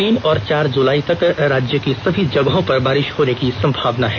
तीन और चार जुलाई तक राज्य की सभी जगहों पर बारिश होने की संभावना है